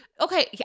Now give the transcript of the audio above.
Okay